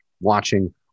watching